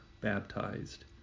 baptized